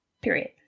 Period